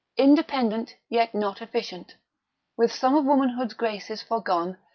independent, yet not efficient with some of womanhood's graces forgone,